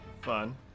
Fun